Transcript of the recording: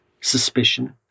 suspicion